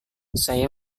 saya